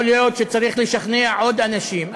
יכול להיות שצריך לשכנע עוד אנשים.